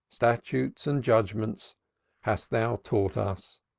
statutes and judgments hast thou taught us.